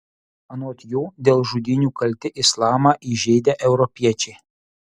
anot jų dėl žudynių kalti islamą įžeidę europiečiai